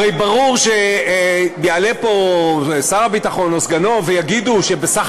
הרי ברור שיעלה פה שר הביטחון או סגנו ויגיד שבסך